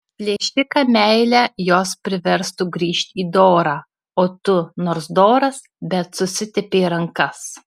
plėšiką meilė jos priverstų grįžt į dorą o tu nors doras bet susitepei rankas